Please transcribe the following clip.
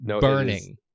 burning